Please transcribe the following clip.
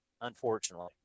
unfortunately